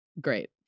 great